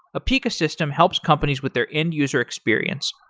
apica system helps companies with their end-user experience,